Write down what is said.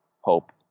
hope